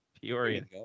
Peoria